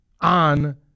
on